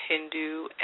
Hindu